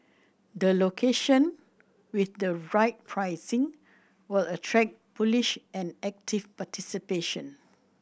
the location with the right pricing will attract bullish and active participation